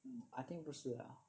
I think 不是 lah